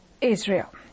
Israel